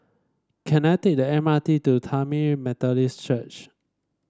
can I take the M R T to Tamil Methodist Church